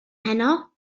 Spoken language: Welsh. heno